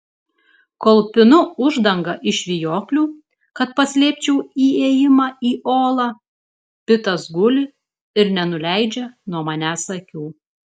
kol pinu uždangą iš vijoklių kad paslėpčiau įėjimą į olą pitas guli ir nenuleidžia nuo manęs akių